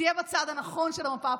תהיה בצד הנכון של המפה הפוליטית.